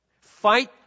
Fight